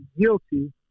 guilty